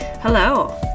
Hello